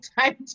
time